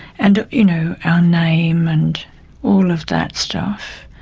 and you know our name and all of that stuff.